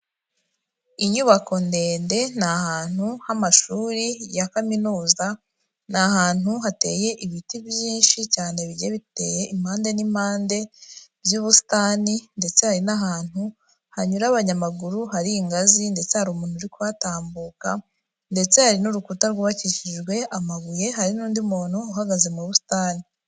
Inyubako ndende ni ahantu ha amashuri ya kaminuza, ni ahantu hateye ibiti byinshi cyane bijya biteye impande n'impande by'ubusitani ndetse hari n'ahantu hanyura abanyamaguru hari ingazi ndetse hari umuntu uri kuhatambuka ndetse hari n'urukuta rwubakishijwe amabuye hari n'undi muntu uhagaze mu busitani.